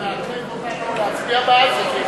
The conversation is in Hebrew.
אז אתה מעכב אותנו מלהצביע בעד זה.